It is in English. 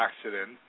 accident